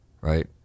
right